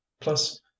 plus